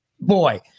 boy